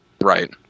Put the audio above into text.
Right